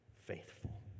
faithful